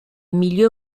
milieu